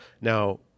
Now